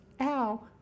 ow